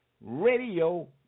Radio